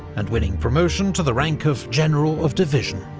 and winning promotion to the rank of general of division.